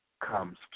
comes